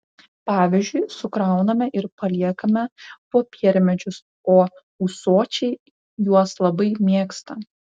pavyzdžiui sukrauname ir paliekame popiermedžius o ūsočiai juos labai mėgsta